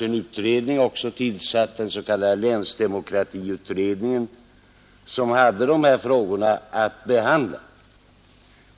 En utredning var tillsatt, den s.k. länsdemokratiutredningen, som hade att behandla dessa